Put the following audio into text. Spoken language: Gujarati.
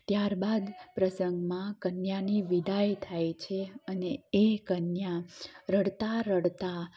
ત્યાર બાદ પ્રસંગમાં કન્યાની વિદાય થાય છે અને એ કન્યા રડતા રડતા